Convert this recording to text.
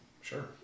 Sure